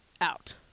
out